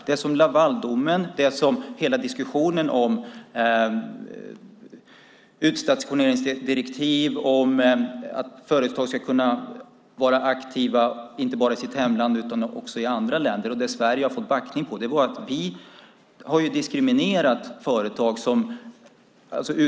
Det som Lavaldomen och hela diskussionen om utstationeringsdirektivet, om att företag ska kunna vara aktiva inte bara i sitt hemland utan också i andra länder - och där har Sverige fått backning - handlar om är att vi har diskriminerat företag.